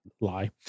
lie